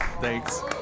Thanks